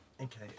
Okay